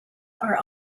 are